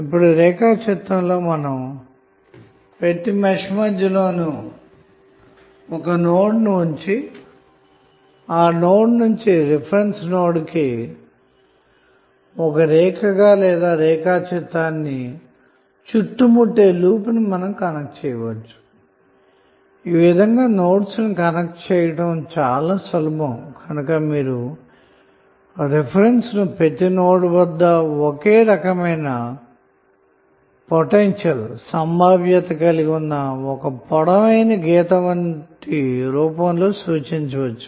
ఇప్పుడు రేఖాచిత్రంలో మనం ప్రతి మెష్ మధ్యలో ను ఒక నోడ్ను ఉంచి ఆ నోడ్ నుంచి రిఫరెన్స్ నోడ్ కి ఒక రేఖ గా లేదా రేఖాచిత్రాన్ని చుట్టుముట్టే లూప్ని కనెక్ట్ చేద్దాము ఈ విధంగా నోడ్ లను కనెక్ట్ చేయుట చాలా సులభం గనక రిఫరెన్స్ను ప్రతి నోడ్ వద్ద ఒకే రకమైన పోటెన్షియల్ కలిగి ఉన్న ఒక పొడవైన గీత రూపం లో సూచిదాము